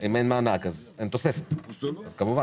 אם אין מענק אז אין תוספת אז כמובן,